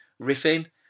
riffing